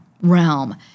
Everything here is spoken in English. realm